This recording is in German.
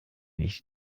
ich